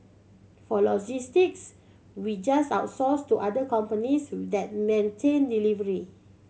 for logistics we just outsource to other companies that maintain delivery